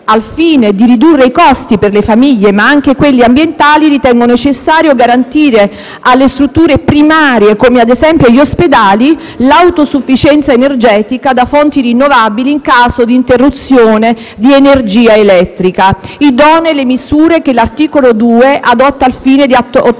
al fine di ridurre i costi per le famiglie, ma anche quelli ambientali, ritengo necessario garantire alle strutture primarie - come ad esempio gli ospedali - l'autosufficienza energetica da fonti rinnovabili in caso di interruzione di energia elettrica. Idonee sono, poi, le misure che l'articolo 2 adotta al fine di ottimizzare